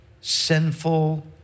sinful